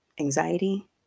anxiety